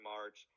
March